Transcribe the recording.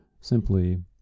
simply